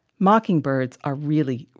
mockingbirds are really,